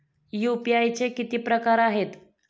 UPI चे किती प्रकार आहेत?